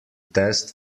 test